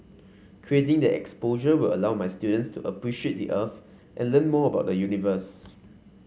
creating the exposure will allow my students to appreciate the Earth and learn more about the universe